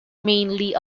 mainly